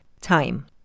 Time